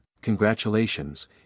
congratulations